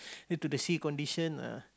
due to the sea condition ah